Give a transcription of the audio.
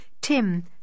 Tim